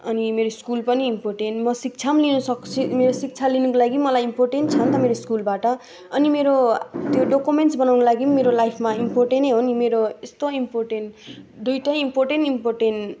अनि मेरो स्कुल पनि इम्पोर्टेन्ट म शिक्षा लिन सक मेरो शिक्षा लिनुको लागि मलाई इम्पोर्टेन्ट छन् त मेरो स्कुलबाट अनि मेरो त्यो डोकोमेन्ट्स बनाउनु लागि मेरो लाइफमा इम्पोर्टेन्ट नै हो नि मेरो यस्तो इम्पोर्टेन्ट दुइवटै इम्पोर्टेन्ट इम्पोर्टेन्ट